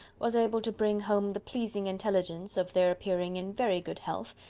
was able to bring home the pleasing intelligence, of their appearing in very good health,